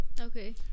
Okay